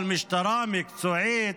אבל משטרה מקצועית,